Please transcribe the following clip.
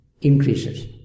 increases